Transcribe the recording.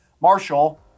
Marshall